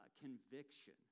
conviction